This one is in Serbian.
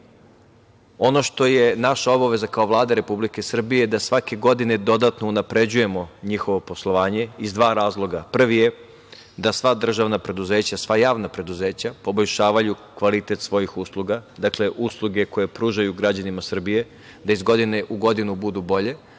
što je naša obaveza kao Vlade Republike Srbije je da svake godine dodatno unapređujemo njihovo poslovanje iz dva razloga. Prvi je da sva državna preduzeća, sva javna preduzeća poboljšavaju kvalitet svojih usluga, dakle, usluge koje pružaju građanima Srbije, da iz godine u godinu budu bolje. Sa